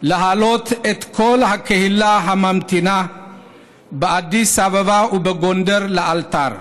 להעלות את כל הקהילה הממתינה באדיס אבבה ובגונדר לאלתר.